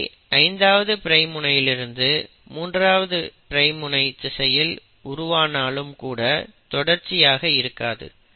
இவை 5ஆவது பிரைம் முனையிலிருந்து 3ஆவது பிரைம் முனை திசையில் உருவானாலும் கூட தொடர்ச்சியாக இருக்காது